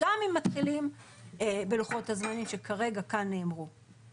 גם אם מתחילים בלוחות הזמנים שכרגע נאמרו כאן.